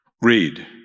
read